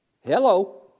Hello